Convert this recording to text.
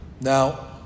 Now